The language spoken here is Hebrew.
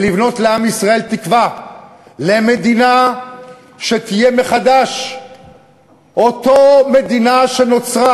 ולבנות לעם ישראל תקווה למדינה שתהיה מחדש אותה מדינה שנוצרה